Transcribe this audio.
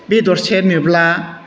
बेदर सेरनोब्ला